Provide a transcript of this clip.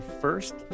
First